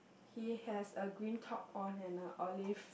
he has a green top on and a olive